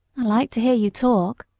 i like to hear you talk,